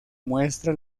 muestra